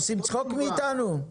צחוק מאיתנו?